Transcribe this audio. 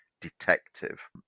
detective